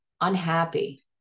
unhappy